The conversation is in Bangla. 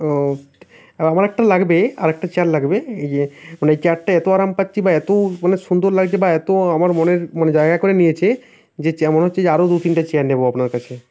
ও আর আমার একটা লাগবে আরেকটা চেয়ার লাগবে এই ইয়ে মানে এই চেয়ারটা এত আরাম পাচ্ছি বা এতো মানে সুন্দর লাগছে বা এতো আমার মনের মানে জায়গা করে নিয়েছে যে চে মনে হচ্ছে যে আরো দু তিনটে চেয়ার নেব আপনার কাছে